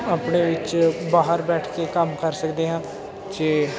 ਆਪਣੇ ਵਿੱਚ ਬਾਹਰ ਬੈਠ ਕੇ ਕੰਮ ਕਰ ਸਕਦੇ ਹਾਂ ਜੇ